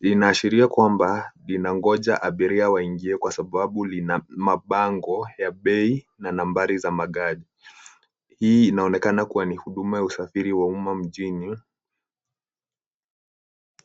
Linaashiria kwamba linangoja abiria waingie kwa sababu lina mabango ya bei na nambari za magari. Hiii inaonekana kuwa ni huduma ya usafiri wa umma mjini...